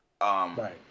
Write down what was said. Right